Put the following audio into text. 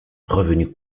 revenu